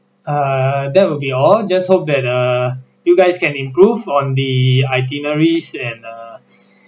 err that will be all just hope that err you guys can improve on the itineraries and err